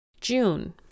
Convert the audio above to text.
June